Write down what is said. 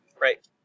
Right